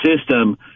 system